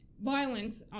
violence